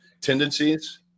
tendencies